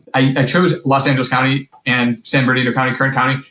i chose los angeles county and san benito county, kern county.